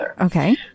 Okay